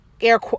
air